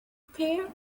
pair